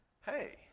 hey